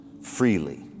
freely